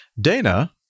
Dana